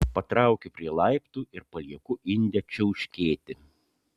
patraukiu prie laiptų ir palieku indę čiauškėti